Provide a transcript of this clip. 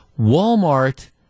Walmart